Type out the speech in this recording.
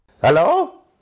Hello